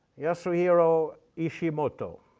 yasuhiro ishimoto,